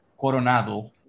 Coronado